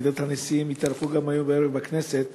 אנשי ועידת הנשיאים יתארחו היום בערב בכנסת.